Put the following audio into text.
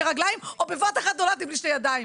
רגליים או בבת אחת נולדתי בלי שתי ידיים.